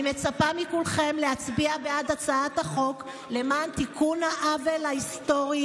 אני מצפה מכולכם להצביע בעד הצעת החוק למען תיקון העוול ההיסטורי